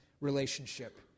relationship